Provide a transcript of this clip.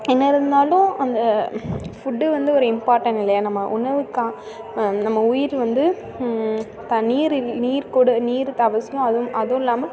என்ன இருந்தாலும் அந்த ஃபுட்டு வந்து ஒரு இம்பார்ட்டன் இல்லையா நம்ம உணவுக்காக நம்ம உயிர் வந்து த நீர் நீர்கூட நீர் இப்போ அவசியம் அதுவும் அதுவும் இல்லாமல்